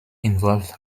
involved